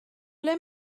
ble